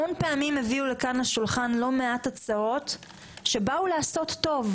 המון פעמים הביאו לכאן לשולחן לא מעט הצעות שבאו לעשות טוב,